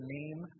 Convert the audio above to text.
name